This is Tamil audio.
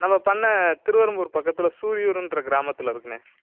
நம்ம பண்ண திருவெறும்பூர் பக்கத்தில் சூரியூருன்ற கிராமத்தில் இருக்குண்ணே